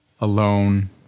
alone